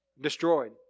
destroyed